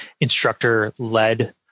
instructor-led